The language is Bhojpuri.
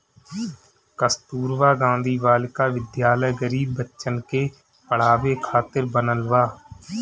कस्तूरबा गांधी बालिका विद्यालय गरीब बच्चन के पढ़ावे खातिर बनल बा